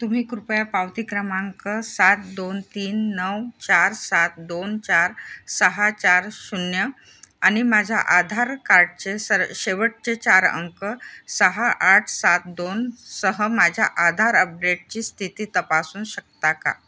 तुम्ही कृपया पावती क्रमांक सात दोन तीन नऊ चार सात दोन चार सहा चार शून्य आणि माझ्या आधार कार्डचे सर शेवटचे चार अंक सहा आठ सात दोनसह माझ्या आधार अपडेटची स्थिती तपासू शकता का